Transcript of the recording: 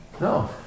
No